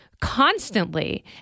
constantly